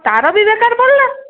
ତାର ବି ବେକାର ପଡ଼ିଲା